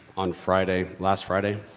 on friday, last friday,